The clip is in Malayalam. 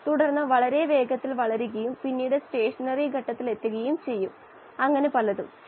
തത്തുല്യ വാതകഘട്ടത്തിന്റെ ഗാഢത കണക്കിലെടുത്ത് ദ്രാവകഘട്ടത്തിലെ ഗാഢത അതാണ് 𝑦∗A